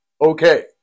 Okay